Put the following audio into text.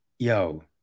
Yo